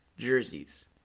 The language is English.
jerseys